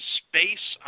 space